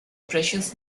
precious